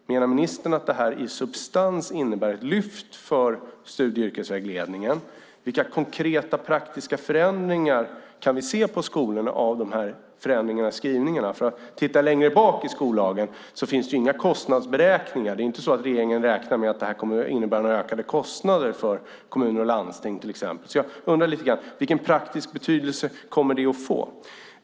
Menar ministern att detta i substans innebär ett lyft för studie och yrkesvägledningen? Vilka konkreta, praktiska förändringar kan vi se på skolorna av dessa förändringar i skrivningarna? Tittar jag längre bak i skollagen hittar jag nämligen inga kostnadsberäkningar. Det är inte så att regeringen räknar med att detta kommer att innebära ökade kostnader för kommuner och landsting, till exempel. Jag undrar alltså vilken praktisk betydelse det kommer att få.